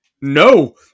no